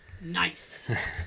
Nice